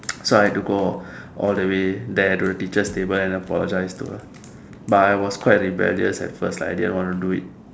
so I have to go all the way there to the teacher's table and apologize to her but I was quite rebellious at first like I didn't want to do it